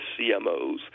cmos